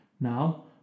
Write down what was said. Now